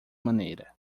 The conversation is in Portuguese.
maneira